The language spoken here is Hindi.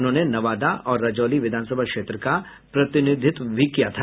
उन्होंने नवादा और रजौली विधानसभा क्षेत्र का प्रतिनिधित्व भी किया था